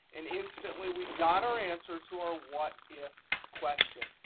and instantly, we got our answer to our what if question.